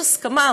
יש הסכמה,